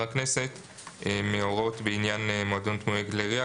הכנסת מההוראות בעניין מועדון דמוי כלי ירייה.